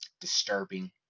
Disturbing